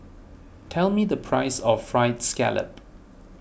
tell me the price of Fried Scallop